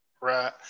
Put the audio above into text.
Right